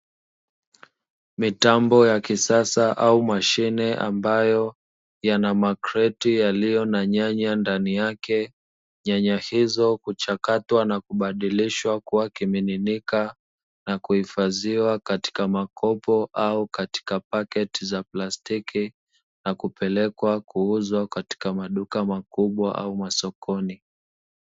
Mitambo ya kisasa au mashine ambayo yana makreti yaliyo na nyanya ndani yake, nyanya hizo uchakatwa na kubadilishwa kuwa kimiminika na kuhifadhiwa katika makopo au katika paketi za plastiki na kupelekwa kuuzwa katika maduka makubwa au masokoni.